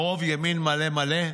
הרוב ימין מלא מלא,